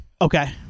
Okay